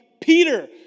Peter